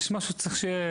צריך שיהיה